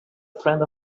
friend